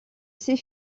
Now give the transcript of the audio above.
ses